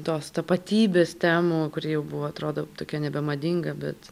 tos tapatybės temų kuri jau buvo atrodo tokia nebemadinga bet